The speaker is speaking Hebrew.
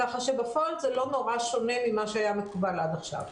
ככה שבפועל זה לא נורא שונה ממה שהיה מקובל עד עכשיו.